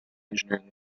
engineering